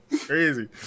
Crazy